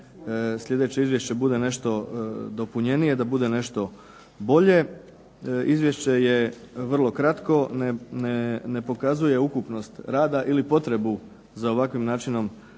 sljedeće izvješće bude nešto dopunjenije, da bude nešto bolje. Izvješće je vrlo kratko, ne pokazuje ukupnost rada, ili potrebu za ovakvim načinom